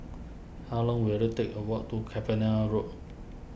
how long will it take a walk to Cavenagh Road